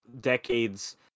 Decade's